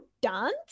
dance